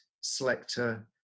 selector